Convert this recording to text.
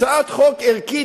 הצעת חוק ערכית,